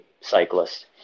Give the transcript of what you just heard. cyclists